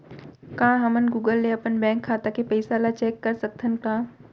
का हमन गूगल ले अपन बैंक खाता के पइसा ला चेक कर सकथन का?